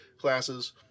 classes